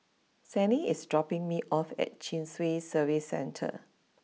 Sannie is dropping me off at Chin Swee Service Centre